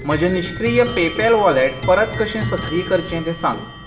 म्हजें निश्क्रीय PayPal wallet परत कशें सक्रीय करचें तें सांग